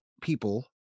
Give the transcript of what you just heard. people